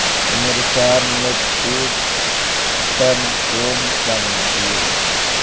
मिर्चान मिट्टीक टन कुंसम दिए?